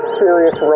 serious